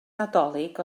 nadolig